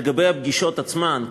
לגבי הפגישות עצמן,